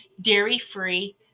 dairy-free